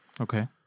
Okay